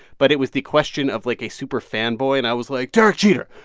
but it was the question of, like, a super fanboy. and i was like, derek jeter,